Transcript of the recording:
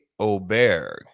Oberg